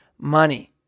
money